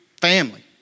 family